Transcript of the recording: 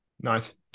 Nice